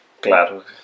Claro